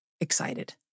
excited